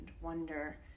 wonder